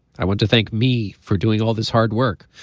i want to thank me for doing all this hard work.